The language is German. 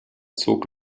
zog